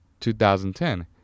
2010